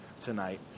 tonight